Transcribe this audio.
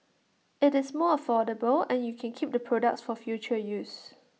IT is more affordable and you can keep the products for future use